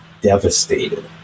devastated